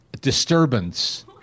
disturbance